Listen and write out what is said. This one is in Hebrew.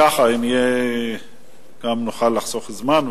כך גם נוכל לחסוך זמן,